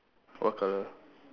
what colour